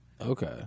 Okay